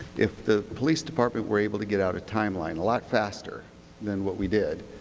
if the police department were able to get out a timeline a lot faster than what we did,